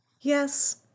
Yes